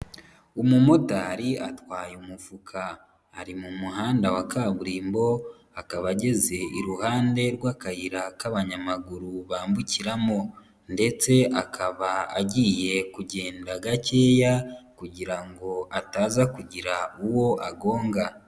Umumotari atwaye umufuka ari mu muhanda wa kaburimbo akaba ageze iruhande rw'akayira k'abanyamaguru bambukiramo ndetse akaba agiye kugenda gakeya kugira ngo ataza kugira uwo agonga.